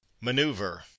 Maneuver